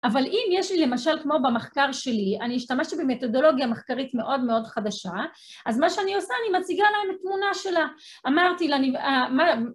אבל אם יש לי למשל כמו במחקר שלי, אני השתמשתי במתודולוגיה מחקרית מאוד מאוד חדשה, אז מה שאני עושה, אני מציגה להם את תמונה שלה. אמרתי לה, אני...